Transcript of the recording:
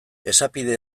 esapide